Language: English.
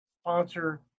sponsor